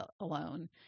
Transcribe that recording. alone